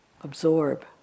absorb